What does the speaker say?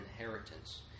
inheritance